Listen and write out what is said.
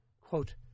Quote